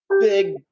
big